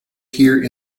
here